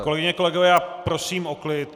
Kolegyně, kolegové, já prosím o klid!